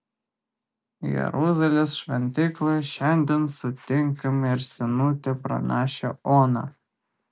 jeruzalės šventykloje šiandien sutinkame ir senutę pranašę oną